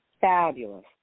fabulous